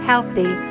Healthy